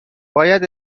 باید